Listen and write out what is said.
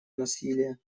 насилия